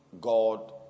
God